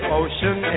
ocean